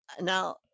Now